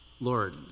Lord